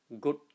good